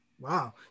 Wow